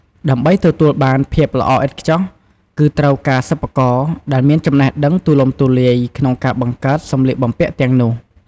ដើម្បីទទួលបានភាពល្អឥតខ្ចោះ គឺត្រូវការសិប្បករ ដែលមានចំណេះដឹងទូលំទូលាយក្នុងការបង្កើតសម្លៀកបំពាក់ទាំងនោះ ។